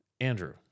Andrew